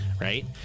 right